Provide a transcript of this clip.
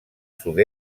sud